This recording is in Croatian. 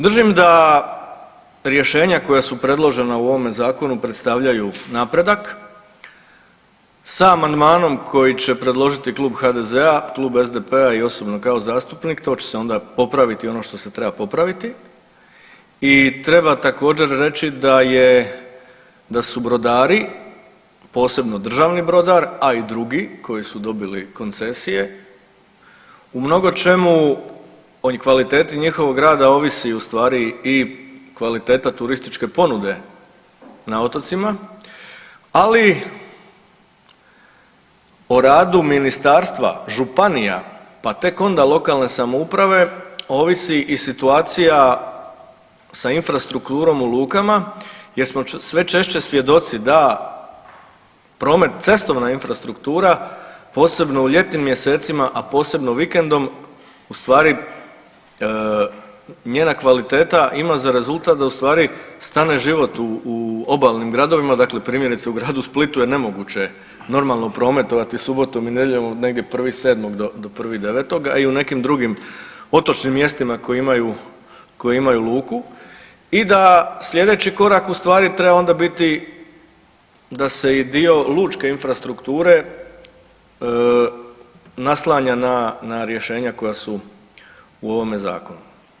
Držim da rješenja koja su predložena u ovom zakonu predstavljaju napredak, sa amandmanom koji će predložiti klub HDZ-a, klub SDP-a i osobno kao zastupnik to će se onda popraviti ono što se treba popraviti i treba također reći da su brodari, posebno državni brodar, a i drugi koji su dobili koncesije u mnogočemu o kvaliteti njihovog rada ovisi ustvari i kvaliteta turističke ponude na otocima, ali o radu ministarstva, županija pa tek onda lokalne samouprave ovisi i situacija sa infrastrukturom u lukama jer smo sve češće svjedoci da promet, cestovna infrastruktura, posebno u ljetnim mjesecima, a posebno vikendom ustvari njena kvaliteta ima za rezultat da ustvari stane život u obalnim gradovima dakle primjerice u gradu Splitu je nemoguće normalno prometovati subotom i nedjeljom negdje 1.7. do 1.9., a i u nekim drugim otočnim mjestima koji imaju luku i da sljedeći korak ustvari treba onda biti da se i dio lučke infrastrukture naslanja na rješenja koja su u ovome zakonu.